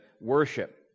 worship